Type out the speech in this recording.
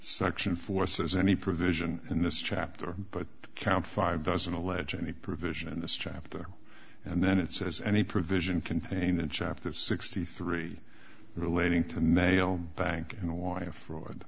section four says any provision in this chapter but count five doesn't allege any provision in this chapter and then it says any provision contained in chapter sixty three relating to male bank in a wire fraud